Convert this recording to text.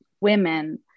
women